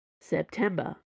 September